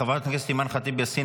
חברת הכנסת אימאן ח'טיב יאסין,